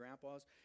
grandpas